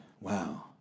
Wow